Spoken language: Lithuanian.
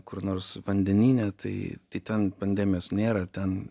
kur nors vandenyne tai tai ten pandemijos nėra ten